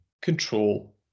control